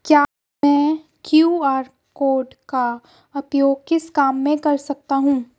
मैं QR code का उपयोग किस काम में कर सकता हूं?